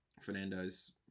Fernando's